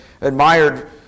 admired